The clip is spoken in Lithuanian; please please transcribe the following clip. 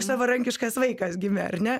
savarankiškas vaikas gimė ar ne